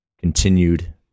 continued